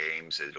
games